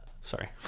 Sorry